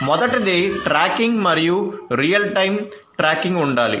మొదటిది ట్రాకింగ్ మరియు real time tracking ఉండాలి